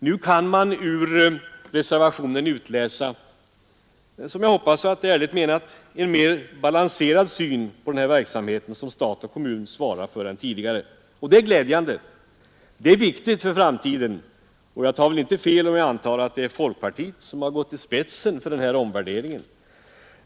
Nu kan man ur reservationen utläsa — och jag hoppas att det är ärligt menat — en mer balanserad syn än tidigare på den verksamhet stat och kommun svarar för. Det är glädjande och det är viktigt för framtiden; jag tar väl inte fel om jag antar att det är folkpartiet som har gått i spetsen för den här omvärderingen.